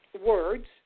words